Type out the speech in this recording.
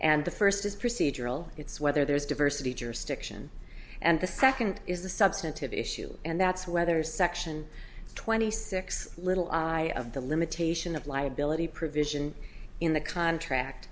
and the first is procedural it's whether there's diversity jurisdiction and the second is the substantive issue and that's whether section twenty six little i of the limitation of liability provision in the contract